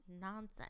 nonsense